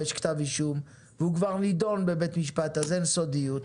ויש כתב אישום והוא כבר נידון בבית משפט אז אין סודיות.